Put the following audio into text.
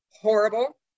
horrible